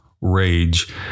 rage